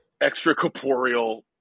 Extracorporeal